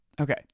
Okay